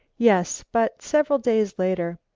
yes, but several days later.